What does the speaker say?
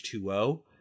H2O